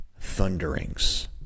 thunderings